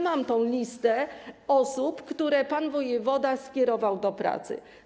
Mam listę osób, które pan wojewoda skierował do pracy.